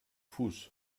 fuß